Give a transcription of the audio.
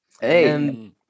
Hey